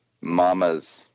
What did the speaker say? mama's